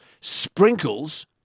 sprinkles